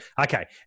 okay